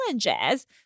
challenges